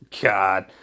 God